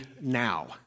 now